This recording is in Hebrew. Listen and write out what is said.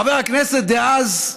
חבר הכנסת דאז,